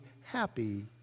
happy